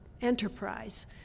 enterprise